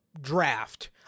draft